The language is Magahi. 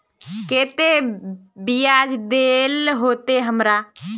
केते बियाज देल होते हमरा?